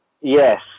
yes